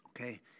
Okay